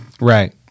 Right